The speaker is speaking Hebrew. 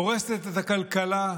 הורסת את הכלכלה,